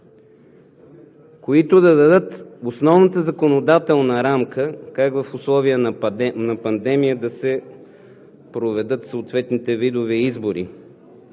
които да дадат основната законодателна рамка как в условия на пандемия да се проведат съответните видове избори.